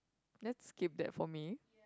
let's skip that for me